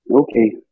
Okay